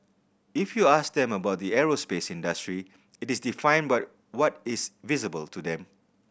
if you ask them about the aerospace industry it is defined what is visible to them